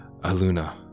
Aluna